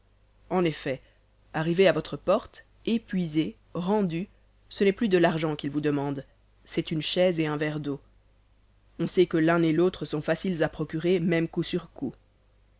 en effet arrivé à votre porte épuisé rendu ce n'est plus de l'argent qu'il vous demande c'est une chaise et un verre d'eau on sait que l'un et l'autre sont faciles à procurer même